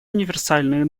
универсальные